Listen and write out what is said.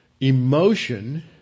emotion